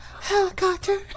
helicopter